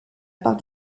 part